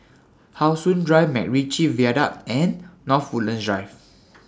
How Sun Drive Macritchie Viaduct and North Woodlands Drive